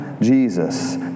Jesus